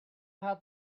had